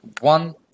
one